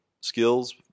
skills